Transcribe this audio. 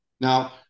Now